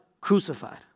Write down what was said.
crucified